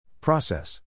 Process